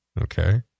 okay